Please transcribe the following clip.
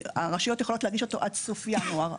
הרשויות יכולות להגיש אותו עד סוף ינואר.